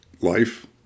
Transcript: life